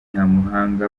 ntamuhanga